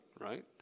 right